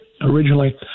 originally